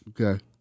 Okay